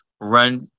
run